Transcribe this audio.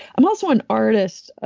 i'm also an artist, ah